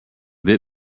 bit